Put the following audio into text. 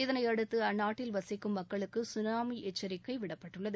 இதனையடுத்து அந்நாட்டில் வசிக்கும் மக்களுக்கு சுனாமி எச்சிக்கை விடப்பட்டுள்ளது